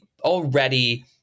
already